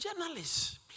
Journalists